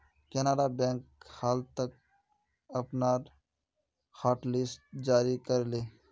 Canara bank हाल त अपनार हॉटलिस्ट जारी कर ले